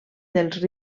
dels